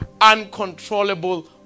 uncontrollable